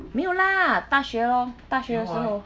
没有大学哦大学的时候